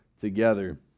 together